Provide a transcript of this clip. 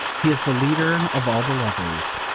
he is the leader of all the lovers.